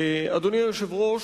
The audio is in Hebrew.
אדוני היושב-ראש,